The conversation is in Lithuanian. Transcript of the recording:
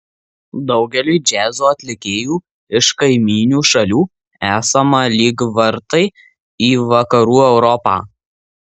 daugeliui džiazo atlikėjų iš kaimyninių šalių esame lyg vartai į vakarų europą